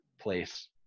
place